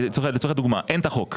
לצורך הדוגמה, בואו נגיד שאין את החוק הזה.